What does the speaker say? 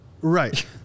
Right